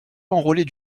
enrôler